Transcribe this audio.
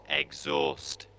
exhaust